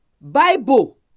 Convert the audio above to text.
Bible